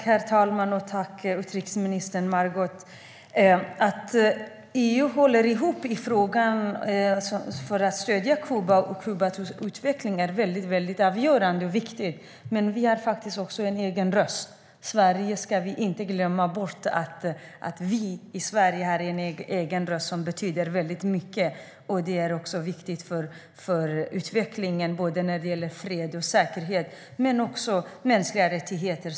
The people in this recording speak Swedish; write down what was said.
Herr talman! Tack, utrikesminister Margot Wallström! Att EU håller ihop för att stödja Kuba och Kubas utveckling är väldigt avgörande och viktigt. Men vi ska inte glömma bort att vi i Sverige har en egen röst som betyder väldigt mycket. Det är viktigt för utvecklingen när det gäller både fred och säkerhet men också mänskliga rättigheter.